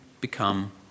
become